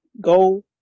go